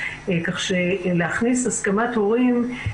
גם בעולם שבו דמיינו את התקנות חשבנו שימונה גורם שהוא מוביל,